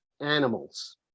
animals